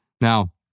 Now